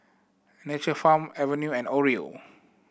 Nature Farm Acuvue and Oreo